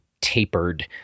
tapered